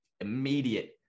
immediate